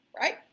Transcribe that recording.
right